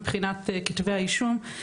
מבחינת כתבי האישום.